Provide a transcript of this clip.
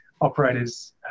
operators